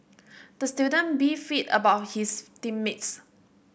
the student beefed about his team mates